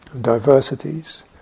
diversities